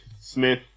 Smith